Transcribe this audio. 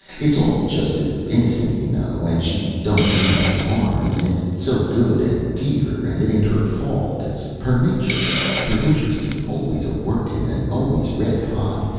it's all just as innocent, you know, and she don't mean any harm, and is so good and dear and it ain't her fault, it's her nature her interest is always a-working and always red-hot,